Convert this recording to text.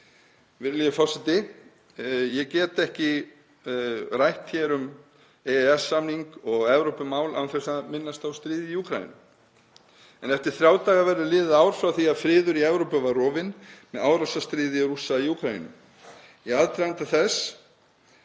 Virðulegi forseti. Ég get ekki rætt hér um EES-samning og Evrópumál án þess að minnast á stríðið í Úkraínu en eftir þrjá daga verður liðið ár frá því að friður í Evrópu var rofinn með árásarstríði Rússa í Úkraínu. Í aðdraganda þess